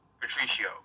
Patricio